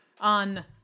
on